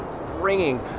ringing